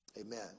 amen